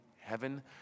heaven